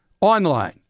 online